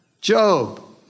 Job